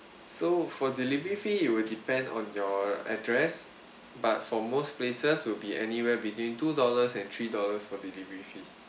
so for delivery fee it will depend on your address but for most places will be anywhere between two dollars and three dollars for delivery fee